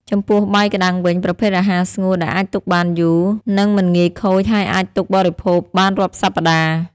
ចំពោះបាយក្ដាំងវិញ ប្រភេទអាហារស្ងួតដែលអាចទុកបានយូរ នេងមិនងាយខូចហើយអាចទុកបរិភោគបានរាប់សប្តាហ៍។ ។